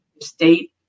state